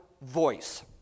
voice